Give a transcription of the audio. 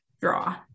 draw